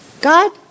God